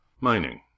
Mining